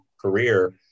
career